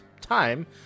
time